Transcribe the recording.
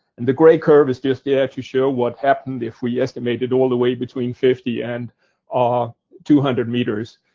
and the grey curve is just yeah there to show what happened if we estimated all the way between fifty and ah two hundred meters.